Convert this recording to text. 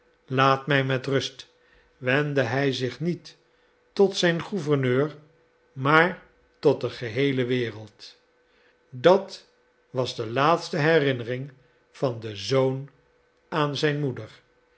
laat mij met rust wendde hij zich niet tot zijn gouverneur maar tot de geheele wereld dat was de laatste herinnering van den zoon aan zijn moeder